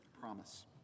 promise